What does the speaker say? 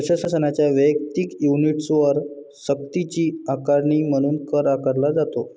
प्रशासनाच्या वैयक्तिक युनिट्सवर सक्तीची आकारणी म्हणून कर आकारला जातो